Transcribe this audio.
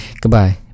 Goodbye